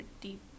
deep